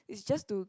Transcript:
is just to